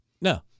No